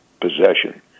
possession